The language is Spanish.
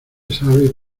sabe